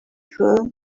her